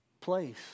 place